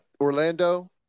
orlando